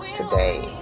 today